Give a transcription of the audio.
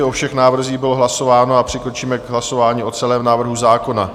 O všech návrzích bylo hlasováno a přikročíme k hlasování o celém návrhu zákona.